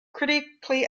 critically